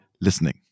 listening